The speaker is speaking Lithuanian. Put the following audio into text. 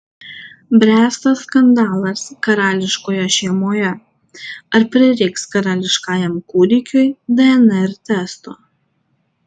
bręsta skandalas karališkoje šeimoje ar prireiks karališkajam kūdikiui dnr testo